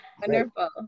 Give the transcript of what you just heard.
Wonderful